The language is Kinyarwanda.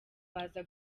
baza